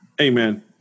Amen